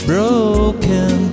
Broken